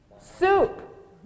soup